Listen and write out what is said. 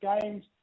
games